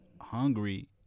hungry